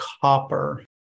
copper